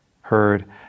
heard